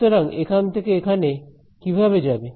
সুতরাং এখান থেকে এখানে কিভাবে যাবে